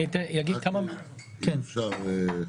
אם אפשר,